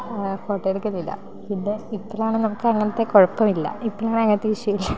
photo എടുക്കലില്ല പിന്നെ ഇപ്പോളാണ് നമുക്ക് അങ്ങനത്തെ കുഴപ്പമില്ല ഇപ്പോളാണേൽ അങ്ങനത്തെ ഇഷ്യൂ ഇല്ല